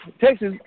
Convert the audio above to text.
Texas